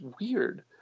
weird